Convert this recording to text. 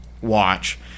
watch